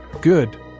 good